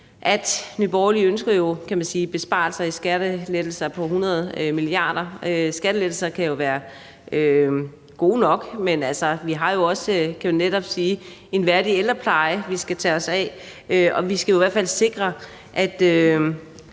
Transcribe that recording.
at Nye Borgerlige jo ønsker besparelser i form af skattelettelser på 100 mia. kr. Skattelettelser kan jo være gode nok, men altså, vi har jo også, må man sige, en værdig ældrepleje, vi skal tage os af. Og vi skal jo i hvert fald sikre,